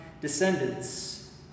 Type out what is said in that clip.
descendants